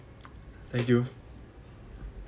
thank you